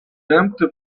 empty